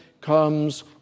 comes